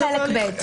לפי פרק ב'.